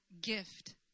gift